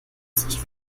sich